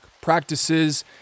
practices